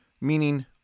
meaning